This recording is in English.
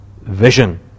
vision